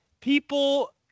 People